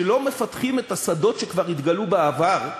שלא מפתחים את השדות שכבר התגלו בעבר,